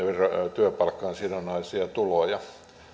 työpalkkaan sidonnaisia tuloja